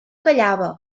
callava